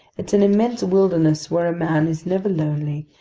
it's an immense wilderness where a man is never lonely,